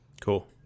Cool